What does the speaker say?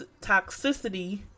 toxicity